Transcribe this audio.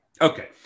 Okay